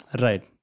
Right